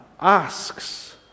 asks